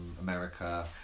America